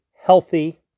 healthy